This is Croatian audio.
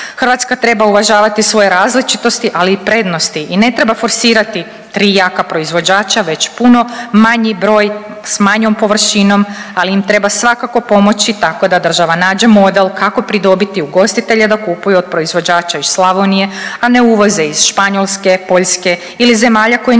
Hrvatska treba uvažavati svoje različitosti ali i prednosti i ne treba forsirati tri jaka proizvođača već puno manji broj s manjom površinom, ali im treba svakako pomoći tako da država nađe model kako pridobiti ugostitelje da kupuju od proizvođača iz Slavonije, a ne uvoze iz Španjolske, Poljske ili zemalja koje nisu članice